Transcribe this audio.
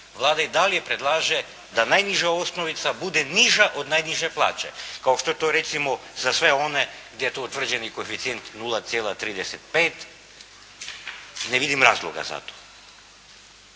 Vlada i dalje predlaže da najniža osnovica bude niža od najniže plaće kao što je to recimo za sve one gdje su utvrđeni koeficijenti 0,35. Ne vidim razloga za to.